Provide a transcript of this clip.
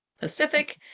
pacific